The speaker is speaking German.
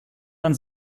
dann